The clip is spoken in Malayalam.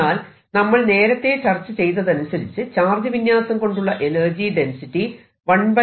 എന്നാൽ നമ്മൾ നേരത്തെ ചർച്ച ചെയ്തതനുസരിച്ച് ചാർജ് വിന്യാസം കൊണ്ടുള്ള എനർജി ഡെൻസിറ്റി 12𝟄0 E2 ആണല്ലോ